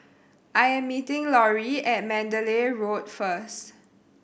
I am meeting Loree at Mandalay Road first